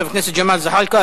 חבר הכנסת ג'מאל זחאלקה,